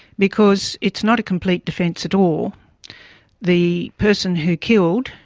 because it's not a complete defence at all the person who killed,